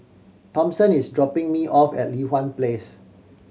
Thompson is dropping me off at Li Hwan Place